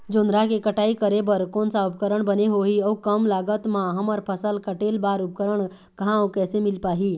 जोंधरा के कटाई करें बर कोन सा उपकरण बने होही अऊ कम लागत मा हमर फसल कटेल बार उपकरण कहा अउ कैसे मील पाही?